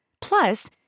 Plus